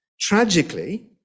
tragically